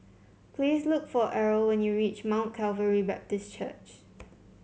please look for Errol when you reach Mount Calvary Baptist Church